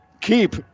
keep